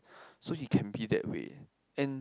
so he be that way and